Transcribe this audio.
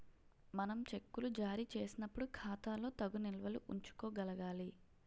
మనం చెక్కులు జారీ చేసినప్పుడు ఖాతాలో తగు నిల్వలు ఉంచుకోగలగాలి